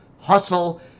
hustle